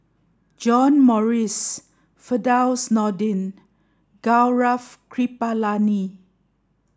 John Morrice Firdaus Nordin Gaurav Kripalani